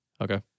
Okay